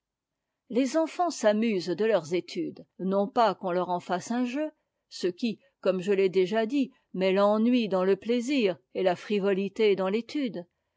les enfants s'amusent de leurs études non pas qu'on leur en fasse un jeu ce qui comme je l'ai déjà dit met l'ennui dans le plaisir et la frivolité dans l'étude